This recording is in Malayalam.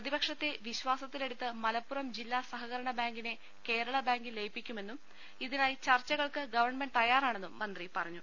പ്രതിപക്ഷത്തെ വിശ്വാസത്തി ലെടുത്ത് മലപ്പുറം ജില്ലാ സഹകരണ ബാങ്കിനെ കേരള ബാങ്കിൽ ലയിപ്പിക്കുമെന്നും ഇതിനായി ചർച്ചകൾക്ക് ഗവൺമെന്റ് തയാറാ ണെന്നും മന്ത്രി പറഞ്ഞു